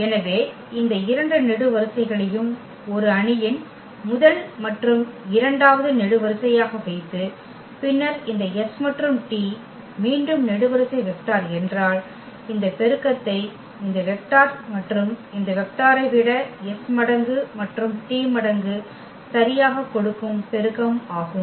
எனவே இந்த இரண்டு நெடுவரிசைகளையும் ஒரு அணியின் முதல் மற்றும் இரண்டாவது நெடுவரிசையாக வைத்து பின்னர் இந்த s மற்றும் t மீண்டும் நெடுவரிசை வெக்டர் என்றால் இந்த பெருக்கத்தை இந்த வெக்டர் மற்றும் இந்த வெக்டாரை விட s மடங்கு மற்றும் t மடங்கு சரியாக கொடுக்கும் பெருக்கம் ஆகும்